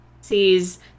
sees